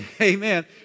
Amen